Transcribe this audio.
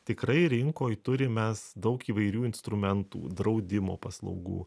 tikrai rinkoj turim mes daug įvairių instrumentų draudimo paslaugų